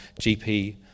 GP